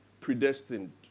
predestined